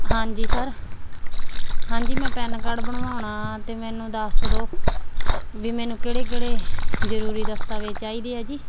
ਹਾਂਜੀ ਸਰ ਹਾਂਜੀ ਮੈਂ ਪੈਨ ਕਾਰਡ ਬਣਵਾਉਣਾ ਅਤੇ ਮੈਨੂੰ ਦੱਸ ਦਿਓ ਵੀ ਮੈਨੂੰ ਕਿਹੜੇ ਕਿਹੜੇ ਜ਼ਰੂਰੀ ਦਸਤਾਵੇਜ਼ ਚਾਹੀਦੀ ਹੈ ਜੀ